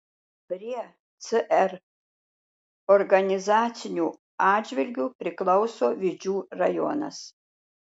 prie cr organizaciniu atžvilgiu priklauso vidžių rajonas